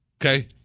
Okay